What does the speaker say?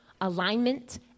alignment